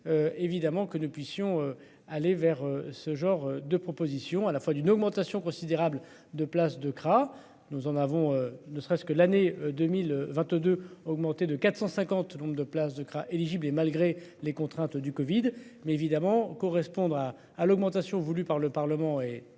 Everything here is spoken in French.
Évidemment que nous puissions aller vers ce genre de propositions à la fois d'une augmentation considérable de place de gras, nous en avons ne serait-ce que l'année 2022, augmenté de 450 le nombre de places de crèches éligible et malgré les contraintes du Covid mais évidemment correspondre à l'augmentation voulue par le Parlement et